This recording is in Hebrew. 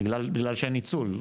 בגלל שאין ניצול,